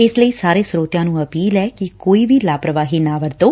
ਇਸ ਲਈ ਸਾਰੇ ਸਰੋਤਿਆਂ ਨੂੰ ਅਪੀਲ ਐ ਕਿ ਕੋਈ ਵੀ ਲਾਪਰਵਾਹੀ ਨਾ ਵਰਤੋਂ